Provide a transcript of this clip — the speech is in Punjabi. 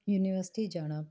ਯੂਨੀਵਰਸਿਟੀ ਜਾਣਾ